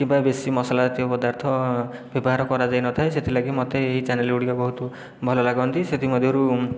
କିମ୍ବା ବେଶି ମସଲା ଜାତୀୟ ପଦାର୍ଥ ବ୍ୟବହାର କରାଯାଇନଥାଏ ସେଥିଲାଗି ମୋତେ ଏହି ଚ୍ୟାନେଲ ଗୁଡ଼ିକ ବହୁତ ଭଲ ଲାଗନ୍ତି ସେଥିମଧ୍ୟରୁ